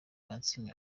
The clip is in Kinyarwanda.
kansiime